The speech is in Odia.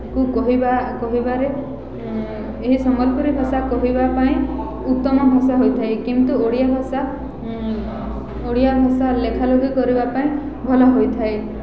ତାକୁ କହିବା କହିବାରେ ଏହି ସମ୍ବଲପୁରୀ ଭାଷା କହିବା ପାଇଁ ଉତ୍ତମ ଭାଷା ହୋଇଥାଏ କିନ୍ତୁ ଓଡ଼ିଆ ଭାଷା ଓଡ଼ିଆ ଭାଷା ଲେଖାଲେଖି କରିବା ପାଇଁ ଭଲ ହୋଇଥାଏ